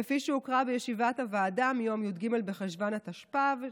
כפי שהוקרא בישיבת הוועדה מיום י"ג בחשוון התשפ"ב,